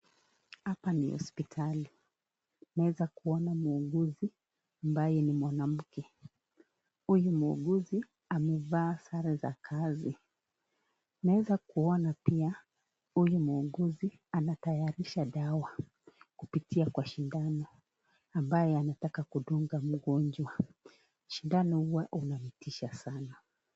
Hapa ni hospitali. Tunaweza Kuona muuguzi ambaye ni Mwanamke. Huyu muuguzi amevaa sare za kazi . Naweza Kuona pia huyu muuguzi anatayarisha dawa kupitia kwa shindano , ambayo anataka kudunga magojwa. Shindano Huwa unatisha sana.